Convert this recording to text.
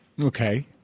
Okay